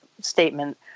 statement